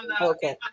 Okay